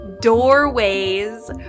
doorways